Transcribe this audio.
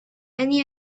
any